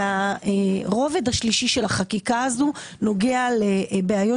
והרובד השלישי של החקיקה הזו נוגע לבעיות